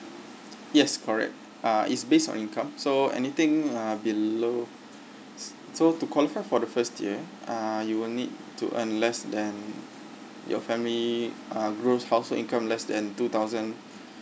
yes correct uh is based on income so anything uh below so to qualify for the first tier uh you will need to earn less than your family uh gross household income less than two thousand